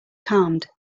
calmed